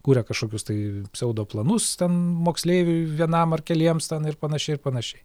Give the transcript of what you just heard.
kuria kažkokius tai pseudoplanus ten moksleiviui vienam ar keliems ten ir panašiai ir panašiai